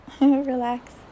relax